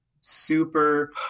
super